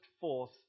forth